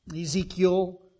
Ezekiel